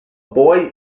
boy